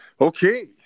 Okay